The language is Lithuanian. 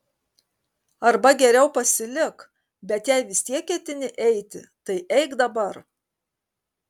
arba geriau pasilik bet jei vis tiek ketini eiti tai eik dabar